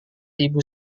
ibu